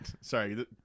sorry